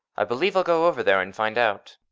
i believe i'll go over there and find out.